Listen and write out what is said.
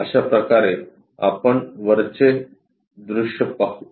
अशाप्रकारे आपण वरचे दृश्य पाहू